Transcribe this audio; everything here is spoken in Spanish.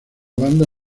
banda